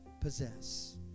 possess